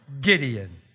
Gideon